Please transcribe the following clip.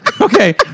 Okay